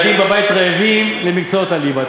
מה הקשר בין ילדים רעבים בבית ומקצועות הליבה?